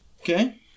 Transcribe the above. okay